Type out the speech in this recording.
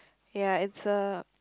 ya it's a